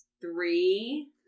Three